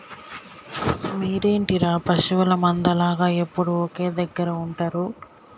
మీరేంటిర పశువుల మంద లాగ ఎప్పుడు ఒకే దెగ్గర ఉంటరు